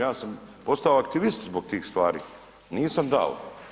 Ja sam postao aktivist zbog tih stvari, nisam dao.